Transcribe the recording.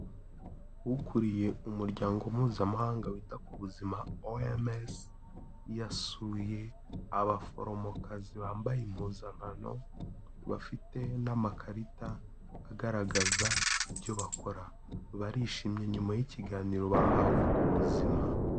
Ukuriye Umuryango Mpuzamahanga wita ku Buzima OMS, yasuye abaforomokazi bambaye impuzankano, bafite n'amakarita agaragaza ibyo bakora. Barishimye nyuma y'ikiganiro bahawe ku buzima.